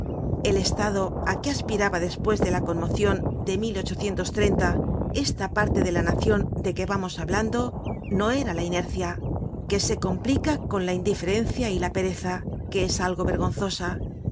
el estado á que aspiraba despues de la conmocion de esta parte de la nacion de que vamos hablando no era la inercia que se complica con la indiferencia y la pereza y que es algo vergonzosa